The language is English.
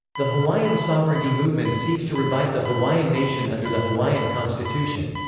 the hawaiian sovereignty movement seeks to revive the hawaiian nation under the hawaiian constitution.